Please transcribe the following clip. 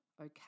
okay